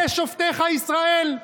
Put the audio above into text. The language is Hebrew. אלה שופטיך ישראל?